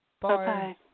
Bye